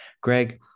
Greg